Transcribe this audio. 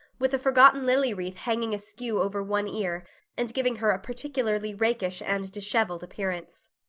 with a forgotten lily wreath hanging askew over one ear and giving her a particularly rakish and disheveled appearance.